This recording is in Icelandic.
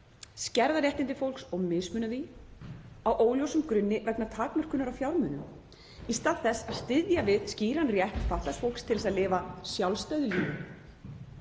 skerða réttindi fólks og mismuna því á óljósum grunni vegna takmörkunar á fjármunum í stað þess að styðja við skýran rétt fatlaðs fólks til að lifa sjálfstæðu lífi.